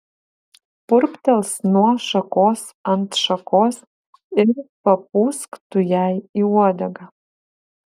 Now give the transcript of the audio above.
purptels nuo šakos ant šakos ir papūsk tu jai į uodegą